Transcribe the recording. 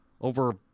over